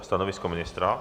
Stanovisko ministra?